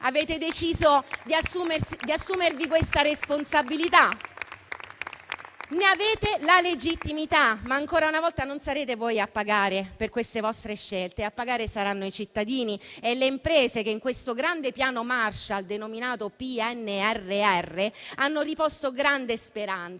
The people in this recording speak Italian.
Avete deciso di assumervi questa responsabilità; ne avete la legittimità, ma, ancora una volta, non sarete voi a pagare per queste vostre scelte. A pagare saranno i cittadini e le imprese che in questo grande Piano Marshall denominato PNRR hanno riposto grande speranza,